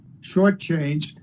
shortchanged